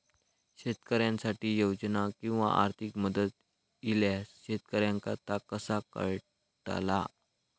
शेतकऱ्यांसाठी योजना किंवा आर्थिक मदत इल्यास शेतकऱ्यांका ता कसा कळतला?